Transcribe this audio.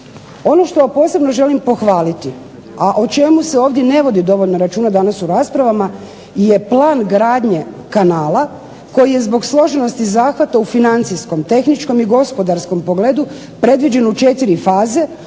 Ono što posebno želim pohvaliti a o čemu se ovdje ne vodi dovoljno računa danas u raspravama je plan gradnje kanala, koji je zbog složenosti zahvata u financijskom, tehničkom, i gospodarskom pogledu predviđen u 4 faze,